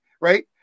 Right